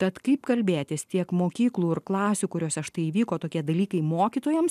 tad kaip kalbėtis tiek mokyklų ir klasių kuriose štai įvyko tokie dalykai mokytojams